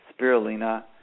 spirulina